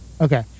Okay